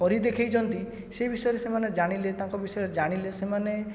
କରି ଦେଖାଇଛନ୍ତି ସେହି ବିଷୟରେ ସେମାନେ ଜାଣିଲେ ତାଙ୍କ ବିଷୟରେ ଜାଣିଲେ ସେମାନେ